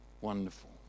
Wonderful